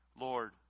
Lord